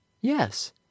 Yes